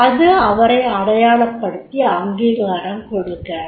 அது அவரை அடையாளப்படுத்தி அங்கீகாரம் கொடுக்கிறது